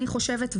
אני חושבת.